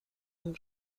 این